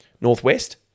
Northwest